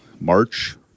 March